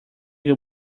your